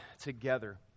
together